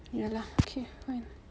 ya lah okay fine